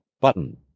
Button